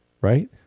right